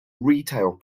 retail